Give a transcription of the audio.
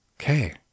Okay